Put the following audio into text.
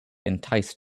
enticed